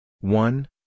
one